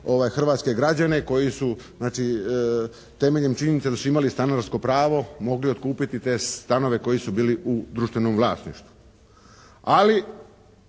hrvatske građane koji su znači temeljem činjenice da su imali stanarsko pravo mogli otkupiti te stanove koji su bili u društvenom vlasništvu.